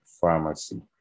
pharmacy